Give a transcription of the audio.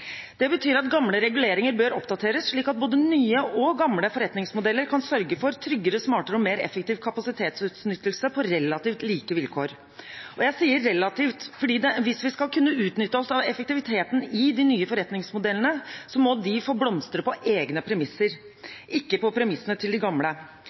Det betyr at gamle reguleringer bør oppdateres slik at både nye og gamle forretningsmodeller kan sørge for tryggere, smartere og mer effektiv kapasitetsutnyttelse på relativt like vilkår. Jeg sier relativt, for hvis vi skal kunne utnytte effektiviteten i de nye forretningsmodellene, må de få blomstre på egne premisser, ikke på premissene til de gamle.